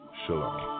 shalom